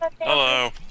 Hello